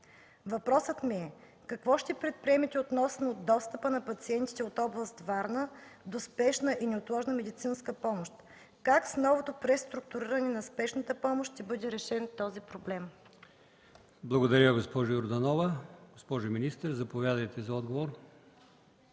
Въпросът ми е: какво ще предприемете относно достъпа на пациенти от област Варна до спешна и неотложна медицинска помощ? Как с новото преструктуриране на спешната помощ ще бъде решен този проблем? ПРЕДСЕДАТЕЛ АЛИОСМАН ИМАМОВ: Благодаря, госпожо Йорданова. Госпожо министър, заповядайте за отговор.